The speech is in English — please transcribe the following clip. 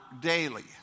daily